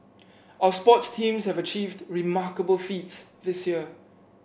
our sports teams have achieved remarkable feats this year